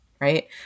right